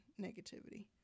negativity